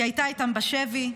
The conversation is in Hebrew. היא הייתה איתם בשבי,